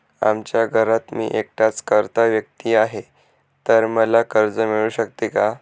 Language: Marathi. आमच्या घरात मी एकटाच कर्ता व्यक्ती आहे, तर मला कर्ज मिळू शकते का?